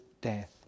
death